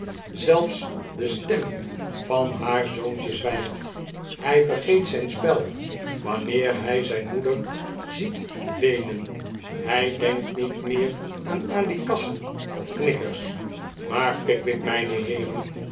zelfs de stem van haar zoontje zwijgt hij vergeet zijn spel wanneer hij zijn moeder ziet weenen hij denkt niet meer aan alikassen of knikkers maar pickwick mijne heeren